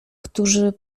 którzy